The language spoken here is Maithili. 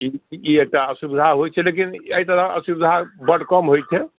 ई एकटा असुविधा होइ छै लेकिन एहि तरहक असुविधा बड्ड कम होइ छै